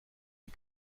die